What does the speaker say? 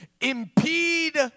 impede